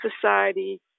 Society